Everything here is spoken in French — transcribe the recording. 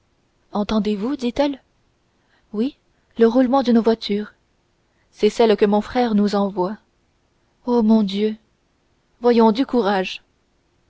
entendez-vous dit-elle oui le roulement d'une voiture c'est celle que mon frère nous envoie oh mon dieu voyons du courage